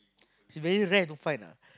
it's very rare to find lah